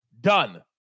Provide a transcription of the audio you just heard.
done